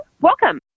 welcome